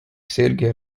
selge